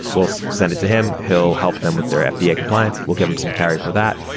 we'll send it to him. he'll help them with their fda compliance. we'll give them some carry for that.